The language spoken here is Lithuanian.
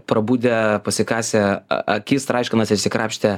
prabudę pasikasę akis traiškanas išsikrapštę